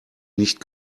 nicht